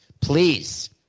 please